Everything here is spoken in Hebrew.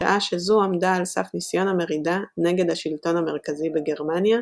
בשעה שזו עמדה על סף ניסיון המרידה נגד השלטון המרכזי בגרמניה,